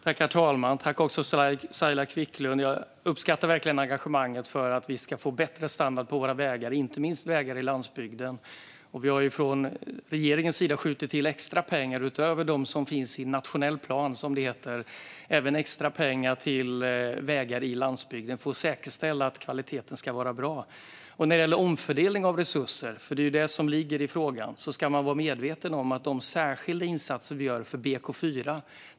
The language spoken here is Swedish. Herr talman! Tack, Saila Quicklund! Jag uppskattar verkligen engagemanget för att vi ska få bättre standard på våra vägar, inte minst på landsbygden. Vi har från regeringens sida skjutit till extra pengar utöver dem som finns i nationell plan till vägar på landsbygden för att säkerställa att kvaliteten ska vara bra. När det gäller omfördelning av resurser, för det är vad som ligger i frågan, ska man vara medveten om att de särskilda insatser vi gör för BK4.